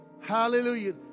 Hallelujah